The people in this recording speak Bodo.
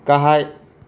गाहाय